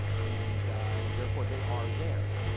and therefore they are there.